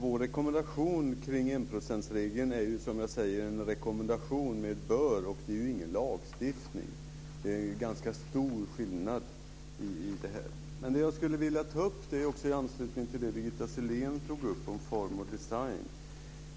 Vår rekommendation kring enprocentsregeln är, som jag sagt, en rekommendation, med bör. Det är ingen lagstiftning. Det är ganska stor skillnad. Men jag skulle vilja ta upp detta i anslutning till det Birgitta Sellén sade om form och design.